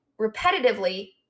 repetitively